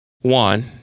one